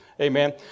Amen